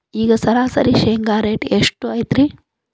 ಈಗ ಸರಾಸರಿ ಶೇಂಗಾ ರೇಟ್ ಎಷ್ಟು ಐತ್ರಿ?